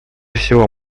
всего